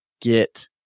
get